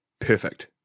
perfect